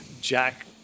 Jack